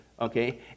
okay